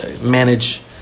manage